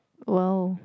!wow!